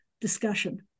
discussion